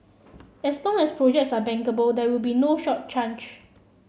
as long as projects are bankable there will be no short